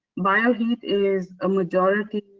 bio heat is a majority